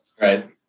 Right